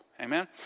Amen